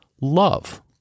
love